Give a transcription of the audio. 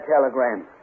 telegram